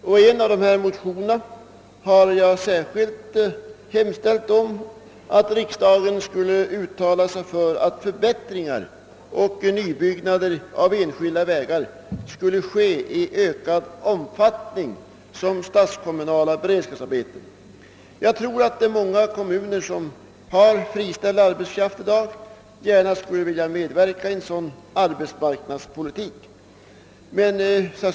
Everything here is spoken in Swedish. I en av dessa motioner har jag särskilt hemställt om att riksdagen skulle uttala sig för att förbättringar och nybyggnader av enskilda vägar skulle ske i ökad omfattning som statskommunala beredskapsarbeten. Jag tror att många kommuner som har friställd arbetskraft gärna skulle vilja medverka i en sådan arbetsmarknadspolitik.